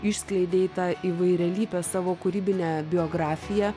išskleidei tą įvairialypę savo kūrybinę biografiją